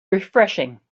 refreshing